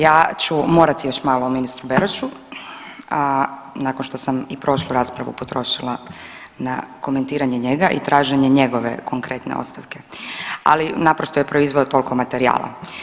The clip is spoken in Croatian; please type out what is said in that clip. Ja ću morati još malo o ministru Berošu nakon što sam i prošlu raspravu potrošila na komentiranje njega i traženje njegove konkretne ostavke, ali naprosto je proizveo toliko materijala.